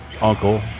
Uncle